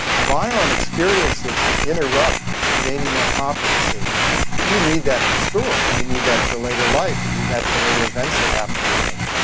violent experiences can interrupt gaining that confidence. you need that for school. you need that for later life. you need that for later events that happen in life.